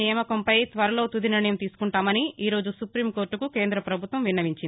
నియామకంపై త్వరలో తుది నిర్ణయం తీసుకుంటామని ఈ రోజు సుప్టీంకోర్టకు కేంద్ర ప్రభుత్వం విన్నవించింది